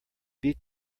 beat